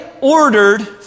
ordered